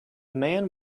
man